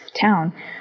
town